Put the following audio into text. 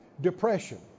depression